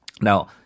Now